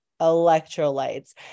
electrolytes